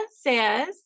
says